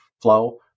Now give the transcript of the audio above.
flow